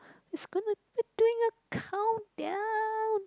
it's gonna a countdown